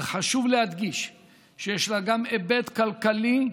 אך חשוב להדגיש שיש לה גם היבט כלכלי.